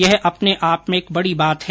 यह अपने आप में ऐक बड़ी बात है